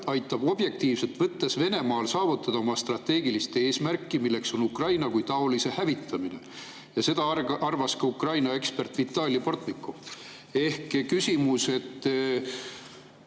aitab objektiivselt võttes Venemaal saavutada oma strateegilist eesmärki, milleks on Ukraina kui taolise hävitamine." Ja seda arvas ka Ukraina ekspert Vitali Portnikov. Ehk küsimus: kas